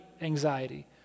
anxiety